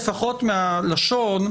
לפחות מהלשון,